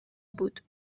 بود